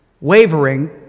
wavering